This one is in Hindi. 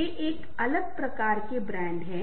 वे एक अलग प्रकार के ब्रांड हैं